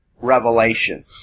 revelation